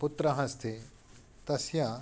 पुत्रः अस्ति तस्य